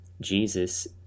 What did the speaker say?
Jesus